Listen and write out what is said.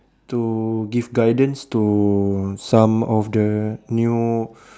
to give guidance to some of the new